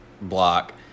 block